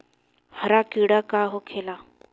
हरा कीड़ा का होखे ला?